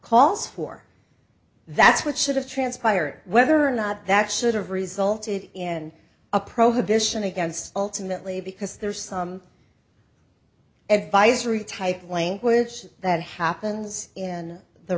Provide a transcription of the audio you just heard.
calls for that's what should have transpired whether or not that should have resulted in a prohibition against ultimately because there is some advice re typed language that happens in the